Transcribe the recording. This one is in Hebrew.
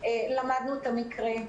למדנו את המקרה.